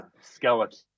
skeleton